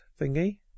thingy